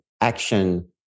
action